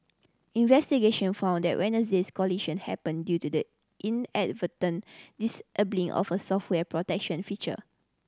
investigation found that Wednesday's collision happened due to the inadvertent disabling of a software protection feature